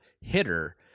hitter